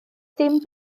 dim